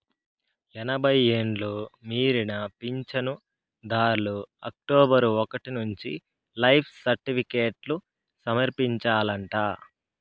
ఎనభై ఎండ్లు మీరిన పించనుదార్లు అక్టోబరు ఒకటి నుంచి లైఫ్ సర్టిఫికేట్లు సమర్పించాలంట